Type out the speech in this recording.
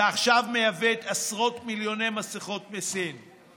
ועכשיו מייבאת עשרות מיליוני מסכות מסין.